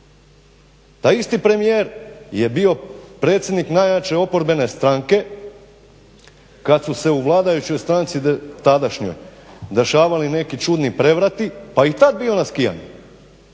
Taj isti premijer je bio predsjednik najjače oporbene stranke kad su se u vladajućoj stranci tadašnjoj dešavali neki čudni prevrati pa je i tad bio na skijanju.